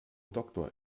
doktor